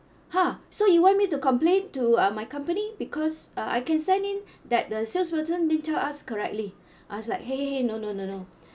!huh! so you want me to complain to uh my company because uh I can send in that the salesperson didn't tell us correctly I was like !hey! !hey! !hey! no no no no